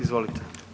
Izvolite.